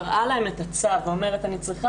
מראה להם את הצו ואומרת שהיא צריכה